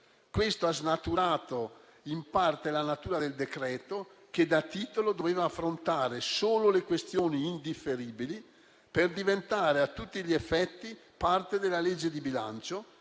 Ciò ha snaturato in parte il decreto che, da titolo, doveva affrontare solo le questioni indifferibili per diventare a tutti gli effetti parte della legge di bilancio,